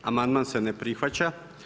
Amandman se ne prihvaća.